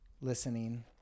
listening